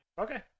okay